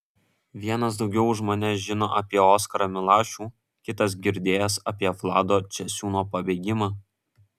vienas daugiau už mane žino apie oskarą milašių kitas girdėjęs apie vlado česiūno pabėgimą